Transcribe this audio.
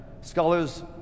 scholars